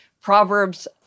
Proverbs